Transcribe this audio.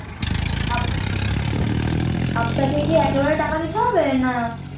up আপনাকে কি একেবারে টাকা দিতে হবে না